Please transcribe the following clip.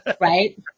Right